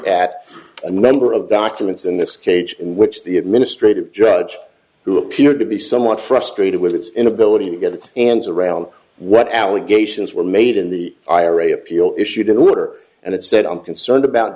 at a member of documents in this cage in which the administrative judge who appeared to be somewhat frustrated with its inability to get it and around what allegations were made in the ira appeal issued an order and it said i'm concerned about